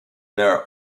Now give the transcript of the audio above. there